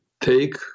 take